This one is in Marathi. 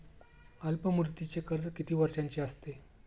अल्पमुदतीचे कर्ज किती वर्षांचे असते?